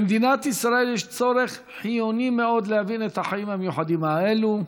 למדינת ישראל יש צורך חיוני מאוד להבין את החיים המיוחדים האלה,